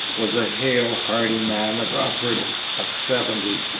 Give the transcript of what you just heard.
was a hale, hearty man of upward of seventy,